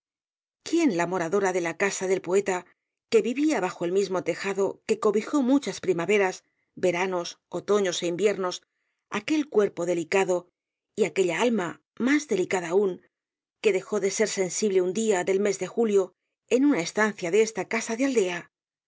quién la moradora de la casa del poeta que vivía bajo el mismo tejado que cobijó muchas primaveras veranos otoños é inviernos aquel cuerpo delicado y aquella alma más delicada aún que dejó de ser sensible un día del mes de julio en una estancia de esta casa de aldea